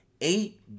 Eight